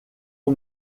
ont